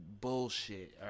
bullshit